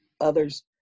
others